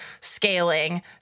scaling